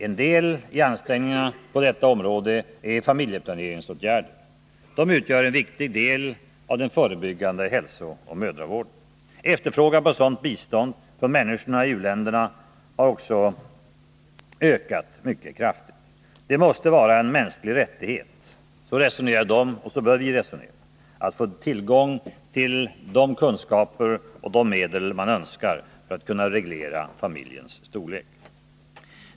En del i ansträngningarna på detta område är familjeplaneringsåtgärder. De utgör en viktig del av den förebyggande hälsooch mödravården. Efterfrågan på sådant bistånd från människorna i u-länderna har också ökat mycket kraftigt. Det måste vara en mänsklig rättighet — så resonerar de och så bör vi resonera — att få tillgång till de kunskaper och de medel man önskar för att kunna reglera familjens storlek.